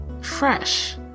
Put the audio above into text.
fresh